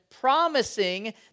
promising